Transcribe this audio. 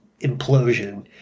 implosion